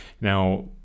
Now